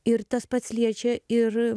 ir tas pats liečia ir